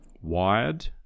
wired